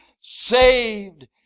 saved